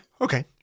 Okay